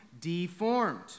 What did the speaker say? deformed